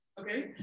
Okay